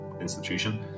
institution